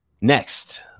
Next